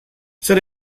zer